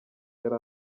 yari